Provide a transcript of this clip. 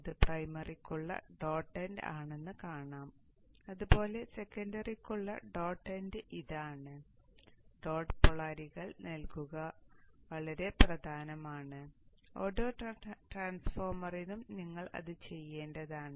അത് പ്രൈമറിക്കുള്ള dot end ആണെന്ന് കാണാം അതുപോലെ സെക്കന്ററിക്കുള്ള ഡോട്ട് എൻഡ് ഇതാണ് ഡോട്ട് പോളാരിറ്റികൾ നൽകുന്നത് വളരെ പ്രധാനമാണ് ഓരോ ട്രാൻസ്ഫോർമറിനും നിങ്ങൾ അത് ചെയ്യേണ്ടതാണ്